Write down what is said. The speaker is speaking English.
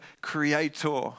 Creator